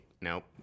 nope